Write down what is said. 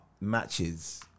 matches